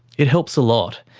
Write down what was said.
it helps a lot.